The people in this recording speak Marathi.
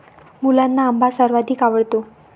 मुलांना आंबा सर्वाधिक आवडतो